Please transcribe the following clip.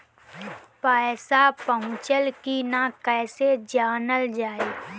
पैसा पहुचल की न कैसे जानल जाइ?